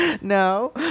No